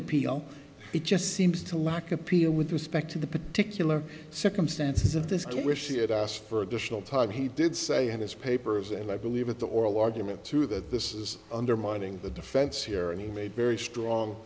appeal it just seems to lack appeal with respect to the particular circumstances of this case wish he had asked for additional time he did say in his papers and i believe at the oral argument too that this is undermining the defense here and he made very strong